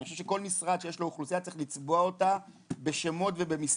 אני חושב שכל משרד שיש לו אוכלוסייה צריך לצבוע אותה בשמות ובמספרים.